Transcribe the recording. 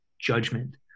judgment